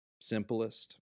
simplest